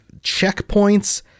checkpoints